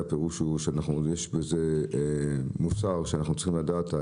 הפירוש הוא שיש בזה מוסר שאנחנו צריכים לדעת,